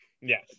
Yes